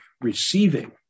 receiving